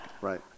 Right